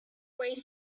way